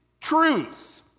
truth